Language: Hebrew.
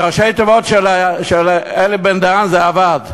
אב"ד, ראשי התיבות של אלי בן-דהן זה אב"ד.